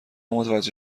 متوجه